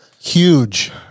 Huge